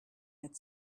had